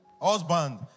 Husband